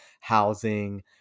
housing